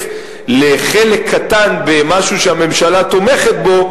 לחלק קטן במשהו שהממשלה תומכת בו,